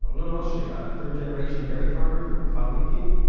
arnon oshri, a third generation dairy farmer from kfar vitkin,